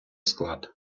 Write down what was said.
склад